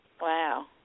Wow